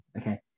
Okay